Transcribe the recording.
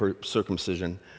circumcision